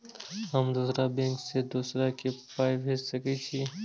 हम दोसर बैंक से दोसरा के पाय भेज सके छी?